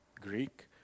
Greek